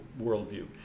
worldview